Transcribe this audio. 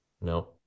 No